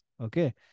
okay